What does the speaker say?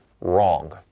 wrong